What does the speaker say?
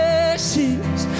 ashes